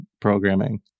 programming